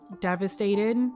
devastated